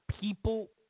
people